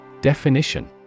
Definition